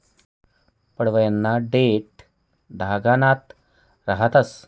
पडवयना देठं धागानागत रहातंस